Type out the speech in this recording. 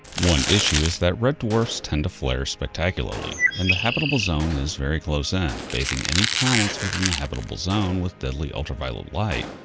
one issue is that red dwarfs tend to flare spectacularly, and the habitable zone is very close in, bathing any planets within the habitable zone with deadly ultraviolet light.